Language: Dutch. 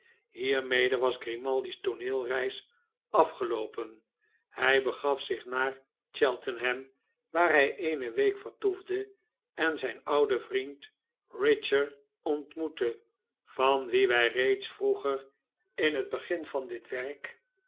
hiermede was grimaldi's tooneelreis afgeloopen hij begaf zich naar cheltenham waar hij eene week vertoefde en zijn ouden vriend richer ontmoette van wien wij reeds vroeger in het begin van dit werk